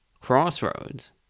crossroads